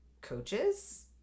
Coaches